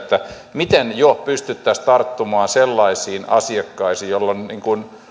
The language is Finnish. miten jo pystyttäisiin tarttumaan sellaisiin asiakkaisiin joilla on